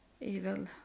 evil